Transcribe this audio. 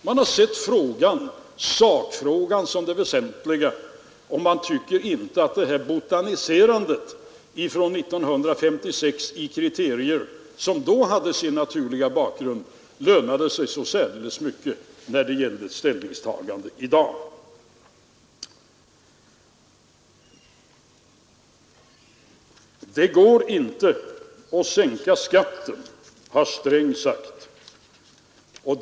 Man har sett sakfrågan som den väsentliga, och man tycker inte att botaniserandet från 1956 i kriterier, som då hade sin naturliga bakgrund, lönade sig så mycket när det gäller ställningstaganden i dag. Det går inte att sänka skatten, har herr Sträng sagt, citerade herr Bohman.